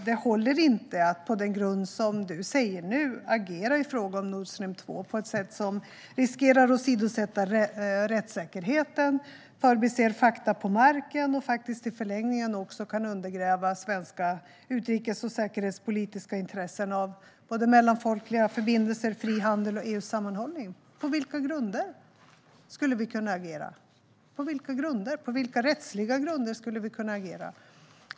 Det håller inte att på den grund som du nu säger agera i fråga om Nord Stream 2 på ett sätt som riskerar att åsidosätta rättssäkerheten, förbiser fakta på marken och i förlängningen också kan undergräva svenska utrikes och säkerhetspolitiska intressen i form av mellanfolkliga förbindelser, frihandel och EU:s sammanhållning. På vilka rättsliga grunder skulle vi kunna agera?